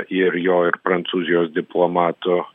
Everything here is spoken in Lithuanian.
ir jo ir prancūzijos diplomatų